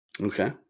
Okay